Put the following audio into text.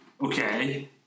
okay